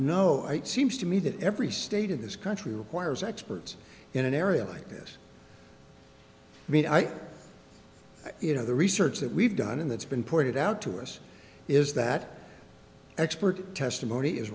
know it seems to me that every state in this country requires experts in an area like this i i mean you know the research that we've done and that's been pointed out to us is that expert testimony is